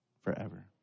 forever